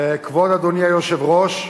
כבוד אדוני היושב-ראש,